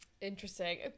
interesting